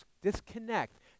disconnect